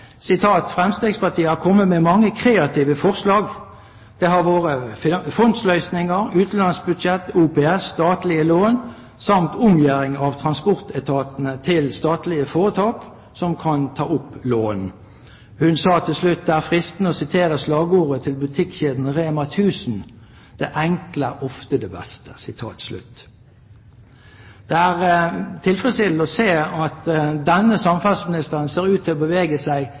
har kome med mange kreative forslag. Det har vore fondsløysingar, utanlandsbudsjett, OPS, statlege lån samt omgjering av transportetatane til statlege føretak som kan ta opp lån.» Hun sa til slutt: «Det er freistande å sitere slagordet til butikkjeda REMA 1000: «Det enkle er ofte det beste.»» Det er tilfredsstillende å se at denne samferdselsministeren ser ut til å bevege seg